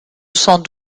sans